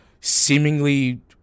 seemingly